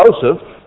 Joseph